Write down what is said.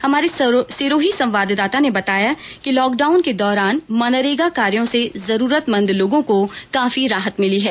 हमारे सिरोही संवाददाता ने बताया कि लॉकडाउन के दौरान मनरेगा कार्यो से जरूरमंद लोगों को काफी राहत मिली है